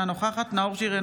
אינה נוכחת נאור שירי,